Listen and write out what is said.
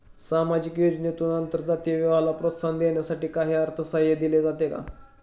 सामाजिक योजनेतून आंतरजातीय विवाहाला प्रोत्साहन देण्यासाठी काही अर्थसहाय्य दिले जाते का?